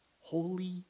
Holy